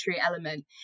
element